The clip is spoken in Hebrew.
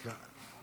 אני קובע כי